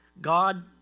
God